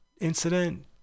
incident